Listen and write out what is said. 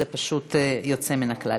זה פשוט יוצא מהכלל.